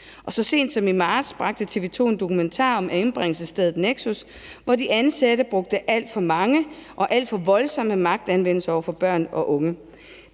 så sent som i marts bragte TV 2 en dokumentar om anbringelsesstedet Nexus, hvor de ansatte brugte alt for meget og alt for voldsom magtanvendelse over for børn og unge.